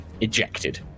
ejected